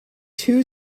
two